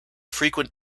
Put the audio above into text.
frequent